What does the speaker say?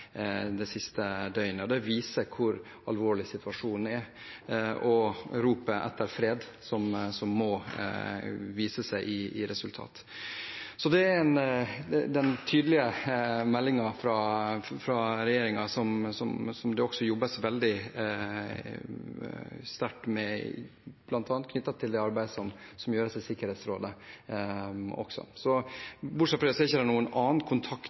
døgnet. Det viser hvor alvorlig situasjonen er, og ropet etter fred, som må vise seg i resultater. Så det er den tydelige meldingen fra regjeringen som det jobbes veldig sterkt med, bl.a. knyttet til det arbeidet som gjøres i Sikkerhetsrådet. Bortsett fra det har ikke utviklingsministeren noen annen kontakt